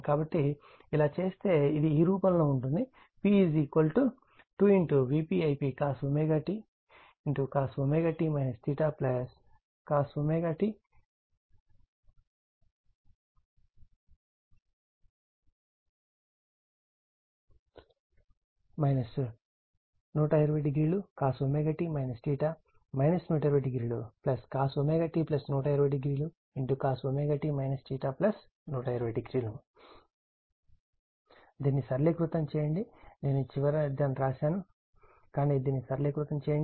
కాబట్టి ఇలా చేస్తే ఇది ఈ రూపంలో ఉంటుంది p 2 Vp Ip costcost cost 1200cost 1200 cost1200 cost 1200 దీన్ని సరళీకృతం చేయండి నేను చివరి దాన్ని వ్రాసాను కాని దీన్ని సరళీకృతం చేయండి